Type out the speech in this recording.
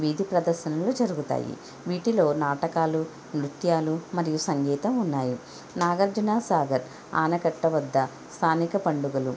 వీధి ప్రదర్శనలు జరుగుతాయి వీటిలో నాటకాలు నృత్యాలు మరియు సంగీతం ఉన్నాయి నాగార్జునసాగర్ ఆనకట్ట వద్ద స్థానిక పండుగలు